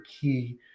key